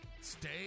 stay